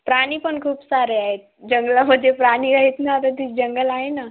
प्राणी पण खूप सारे आहेत जंगलामध्ये प्राणी आहेत ना तर ते जंगल आहे ना